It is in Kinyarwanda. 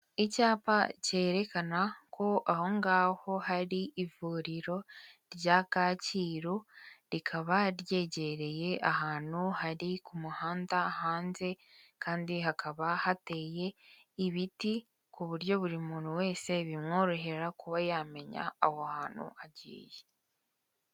Icyapa cyerekana ko aho ngaho hari ivuriro rya Kacyiru, rikaba ryegereye ahantu hari ku muhanda hanze, kandi hakaba hateye ibiti, ku buryo buri muntu wese bimworohera kuba yamenya aho hantu agiye.